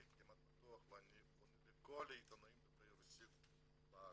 אני כמעט בטוח ואני פונה לכל העיתונאים דוברי רוסית בארץ,